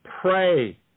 Pray